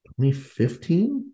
2015